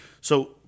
So-